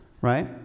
right